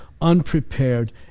unprepared